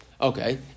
Okay